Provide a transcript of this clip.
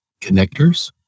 Connectors